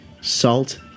Salt